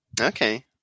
Okay